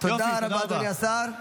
תודה רבה, אדוני השר.